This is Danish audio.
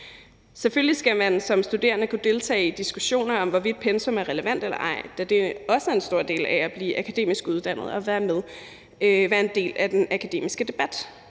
Selvfølgelig skal man som studerende kunne deltage i diskussioner om, hvorvidt pensum er relevant eller ej, da det også er en stor del af at blive akademisk uddannet og være en del af den akademiske debat.